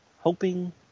hoping